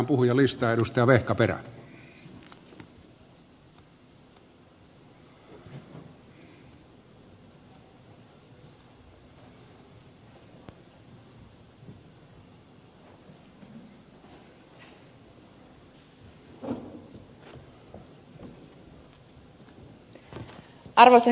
arvoisa herra puhemies